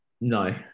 No